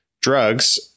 drugs